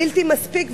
בלתי מספיק,